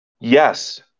yes